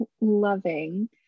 loving